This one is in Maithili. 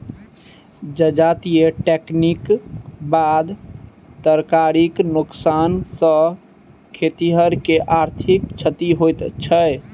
जजाति कटनीक बाद तरकारीक नोकसान सॅ खेतिहर के आर्थिक क्षति होइत छै